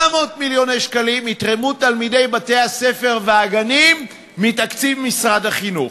700 מיליון שקלים יתרמו תלמידי בתי-הספר והגנים מתקציב משרד החינוך,